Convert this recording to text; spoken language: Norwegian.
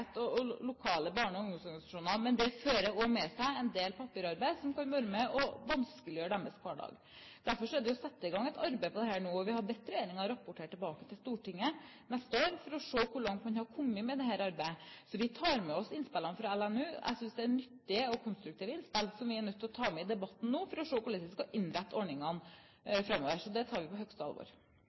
lokale barne- og ungdomsorganisasjoner, men som også fører med seg en del papirarbeid som kan være med på å vanskeliggjøre deres hverdag. Derfor er det satt i gang et arbeid på dette nå, og vi har bedt regjeringen rapportere tilbake til Stortinget neste år for å se hvor langt man har kommet med dette arbeidet. Så vi tar med oss innspillene fra LNU. Jeg synes det er nyttige og konstruktive innspill som vi er nødt til å ta med i debatten nå for å se på hvordan vi skal innrette ordningene framover. Så det tar vi på høyeste alvor.